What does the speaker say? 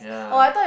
yeah